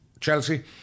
Chelsea